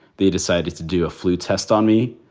they decided to do a flu test on me.